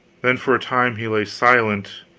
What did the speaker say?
then for a time he lay silent,